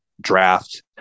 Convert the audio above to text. draft